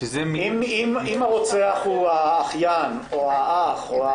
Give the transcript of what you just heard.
אם רוצח הוא האחיין או האח .